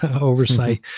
oversight